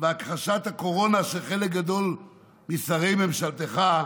והכחשת הקורונה של חלק גדול משרי ממשלתך,